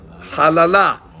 halala